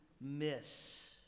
miss